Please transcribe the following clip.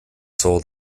sold